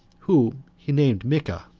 whom he named micha.